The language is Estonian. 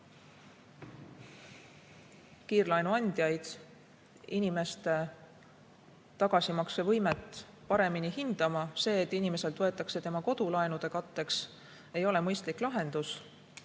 kiirlaenuandjaid inimeste tagasimaksevõimet paremini hindama. See, et inimeselt võetakse tema kodu laenude katteks, ei ole mõistlik lahendus.